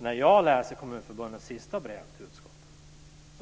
När jag läser Kommunförbundets sista brev till utskottet